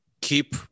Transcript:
keep